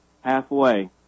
Halfway